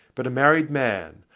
but a married man,